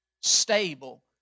stable